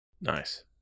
Nice